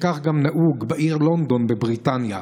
כך גם נהוג בעיר לונדון בבריטניה,